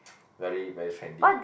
very very trendy